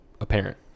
apparent